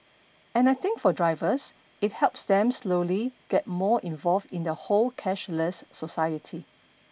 and I think for drivers it helps them slowly get more involved in the whole cashless society